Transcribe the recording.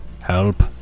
help